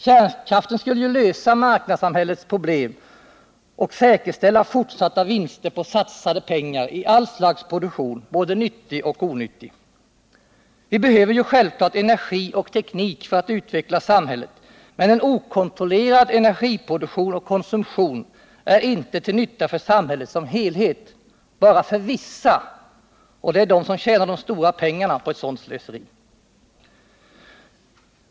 Kärnkraften skulle lösa marknadssamhällets problem och säkerställa fortsatta vinster på satsade pengar i allt slags produktion, både nyttig och onyttig. Vi behöver självklart energi och teknik för att utveckla samhället, men en okontrollerad energiproduktion och konsumtion är inte till nytta för samhället som helhet, bara för vissa, de som tjänar de stora pengarna på ett sådant slöseri.